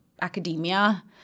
academia